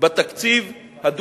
וכל